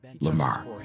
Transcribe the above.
Lamar